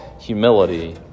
humility